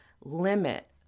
limit